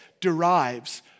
derives